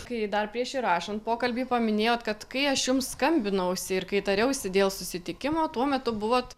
kai dar prieš įrašant pokalbį paminėjot kad kai aš jums skambinausi ir kai tariausi dėl susitikimo tuo metu buvot